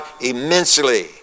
immensely